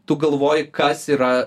tu galvoji kas yra